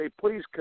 please